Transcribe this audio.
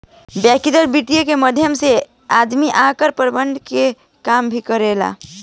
व्यतिगत वित्त के मदद से आदमी आयकर प्रबंधन के काम भी करेला